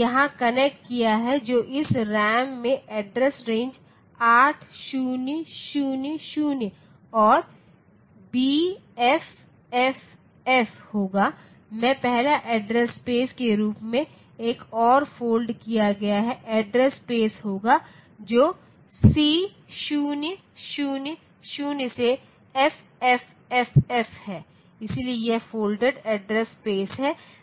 यहाँ कनेक्ट किया है तो इस रैम में एड्रेस रेंज 8000 और BFFF होगा में पहला अड्रेस स्पेस के रूप में एक और फोल्ड किया गया एड्रेस स्पेस होगा जो C000 से FFFF है इसलिए यह फोल्डेड एड्रेस स्पेस है